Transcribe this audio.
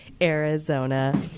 Arizona